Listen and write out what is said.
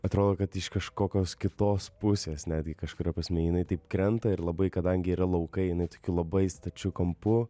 atrodo kad iš kažkokios kitos pusės netgi kažkuria prasme jinai taip krenta ir labai kadangi yra laukai labai stačiu kampu